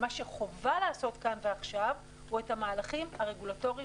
מה שחובה לעשות כאן ועכשיו הוא את המהלכים הרגולטוריים